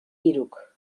hiruk